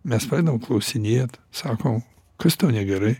mes pradedam klausinėt sakom kas tau negerai